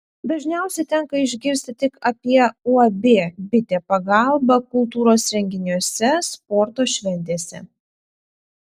dažniausiai tenka išgirsti tik apie uab bitė pagalbą kultūros renginiuose sporto šventėse